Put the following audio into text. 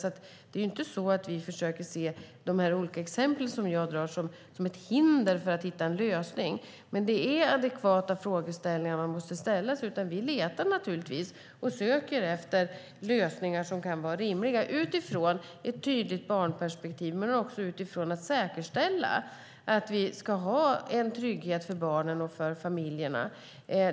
Vi försöker inte att se de här olika exemplen som jag drar som hinder för att hitta en lösning, men det är adekvata frågeställningar som man måste hantera. Vi söker naturligtvis efter lösningar som kan vara rimliga utifrån ett tydligt barnperspektiv men också utifrån att säkerställa att vi ska ha en trygghet för barnen och för familjerna.